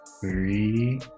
three